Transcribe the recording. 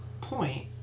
point